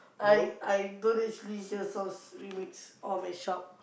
I I don't actually just sells remix on my shop